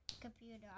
computer